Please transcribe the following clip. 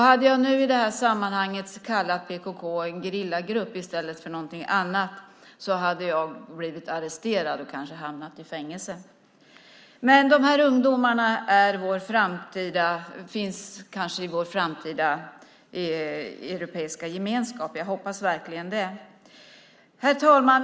Hade jag i detta sammanhang kallat PKK en gerillagrupp i stället för något annat hade jag blivit arresterad och kanske hamnat i fängelse. Dessa ungdomar finns kanske i vår framtida europeiska gemenskap; jag hoppas verkligen det. Herr talman!